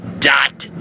dot